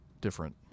different